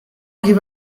give